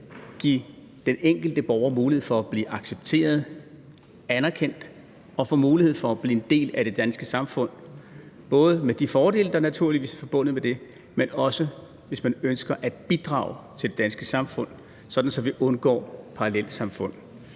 give den enkelte borger mulighed for at blive accepteret og anerkendt og få mulighed for at blive en del af det danske samfund på, både med de fordele, der naturligvis er forbundet med det, men også, hvis man ønsker at bidrage til det danske samfund, så vi undgår parallelsamfund.